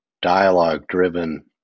Dialogue-driven